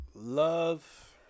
Love